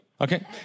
Okay